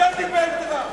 אתה תתבייש לך.